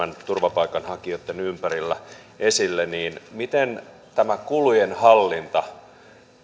turvapaikanhakijoitten ympärillä miten tämä kulujen hallinta